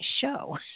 show